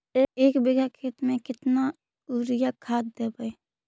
एक बिघा खेत में केतना युरिया खाद देवै?